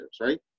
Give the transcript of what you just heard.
right